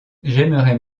j’aimerais